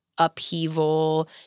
upheaval